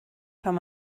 kann